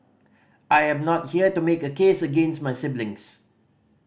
I am not here to make a case against my siblings